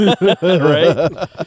right